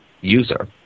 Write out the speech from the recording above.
user